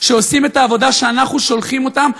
שעושים את העבודה שאנחנו שולחים אותם לעשות,